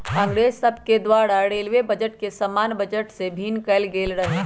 अंग्रेज सभके द्वारा रेलवे बजट के सामान्य बजट से भिन्न कएल गेल रहै